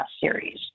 Series